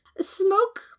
Smoke